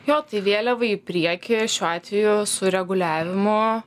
jo tai vėliavą į priekį šiuo atveju su reguliavimo